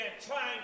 Trying